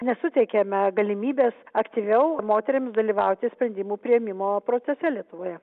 nesuteikiame galimybės aktyviau moterims dalyvauti sprendimų priėmimo procese lietuvoje